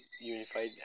Unified